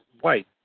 white